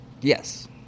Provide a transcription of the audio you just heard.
Yes